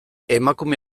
emakume